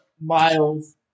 Miles